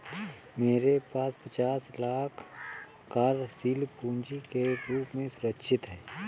मेरे पास पचास लाख कार्यशील पूँजी के रूप में सुरक्षित हैं